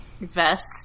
vest